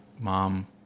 mom